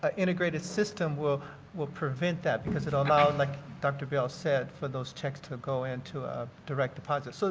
ah integrated system will will prevent that because it will now, and like dr. bell has said, for those checks to go into a direct deposit. so